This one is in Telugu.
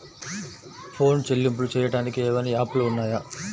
ఫోన్ చెల్లింపులు చెయ్యటానికి ఏవైనా యాప్లు ఉన్నాయా?